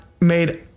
made